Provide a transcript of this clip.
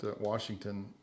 Washington